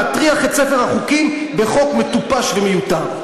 להטריח את ספר החוקים בחוק מטופש ומיותר.